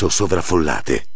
sovraffollate